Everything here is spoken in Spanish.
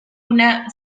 una